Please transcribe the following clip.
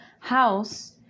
house